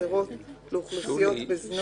והחסרות לאוכלוסיות בזנות,